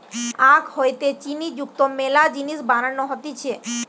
আখ হইতে চিনি যুক্ত মেলা জিনিস বানানো হতিছে